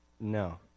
No